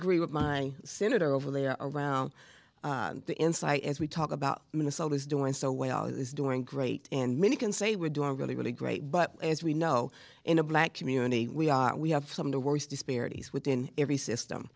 agree with my senator over there around the insight as we talk about minnesota is doing so well is doing great and many can say we're doing really really great but as we know in the black community we are we have some of the worst disparities within every system